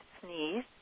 sneeze